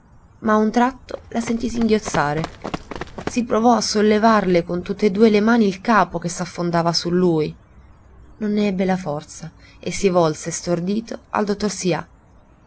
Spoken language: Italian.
a un tratto la sentì singhiozzare si provò a sollevarle con tutt'e due le mani il capo che si affondava su lui non ne ebbe la forza e si volse stordito al dottor sià